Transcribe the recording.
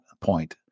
point